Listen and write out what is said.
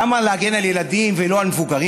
למה להגן על ילדים ולא על מבוגרים,